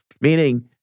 meaning